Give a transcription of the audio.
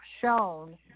shown